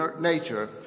nature